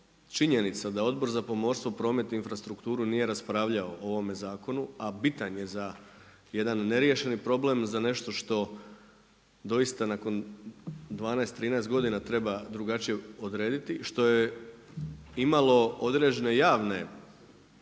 činjenica da Odbor za pomorstvo, prometnu infrastrukturu nije raspravljao o ovome zakonu a bitan je za jedan neriješeni problem, za nešto što doista nakon 12, 13 godina treba drugačije odrediti što je imalo određene javne